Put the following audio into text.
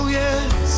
yes